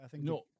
No